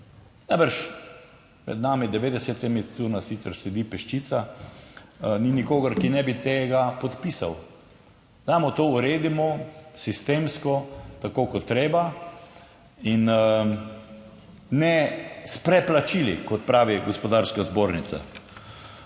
Najbrž med nami 90, tu nas sicer sedi peščica, ni nikogar, ki ne bi tega podpisal. Dajmo to uredimo sistemsko, tako kot je treba in ne s preplačili, kot pravi gospodarska zbornica.